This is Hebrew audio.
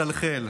מחלחל.